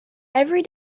every